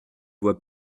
voix